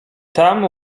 tam